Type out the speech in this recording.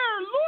Look